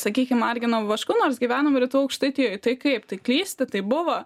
sakykim margino vašku nors gyvenom rytų aukštaitijoj tai kaip tai klysti tai buvo